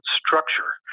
structure